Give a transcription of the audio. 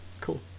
Cool